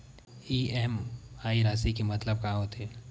EMI राशि के मतलब का होथे?